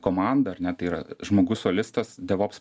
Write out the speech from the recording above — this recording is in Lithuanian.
komanda ar ne tai yra žmogus solistas devops